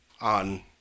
on